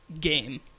game